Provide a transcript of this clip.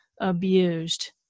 abused